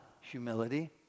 humility